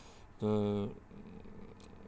the